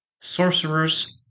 sorcerers